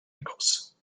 angles